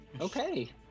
Okay